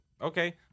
okay